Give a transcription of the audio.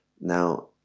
Now